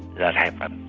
that happened.